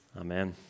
Amen